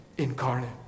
incarnate